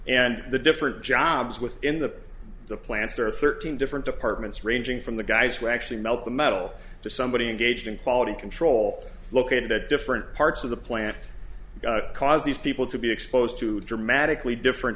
and the different jobs within the plants are thirteen different departments ranging from the guys who actually melt the metal to somebody engaged in quality control located at different parts of the plant cause these people to be exposed to dramatically different